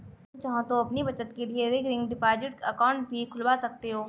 तुम चाहो तो अपनी बचत के लिए रिकरिंग डिपॉजिट अकाउंट भी खुलवा सकते हो